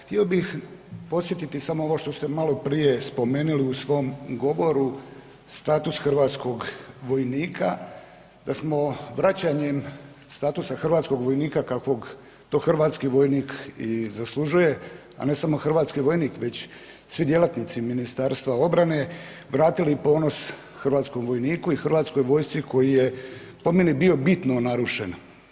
Htio bih podsjetiti samo ovo što ste maloprije spomenuli u svom govoru, status hrvatskog vojnika, da smo vraćanjem statusa hrvatskog vojnika, kakvog to hrvatski vojnik i zaslužuje, a ne samo hrvatski vojnik već svi djelatnici Ministarstva obrane vratili ponos hrvatskom vojniku i HV-u koji je po meni bio bitno narušen.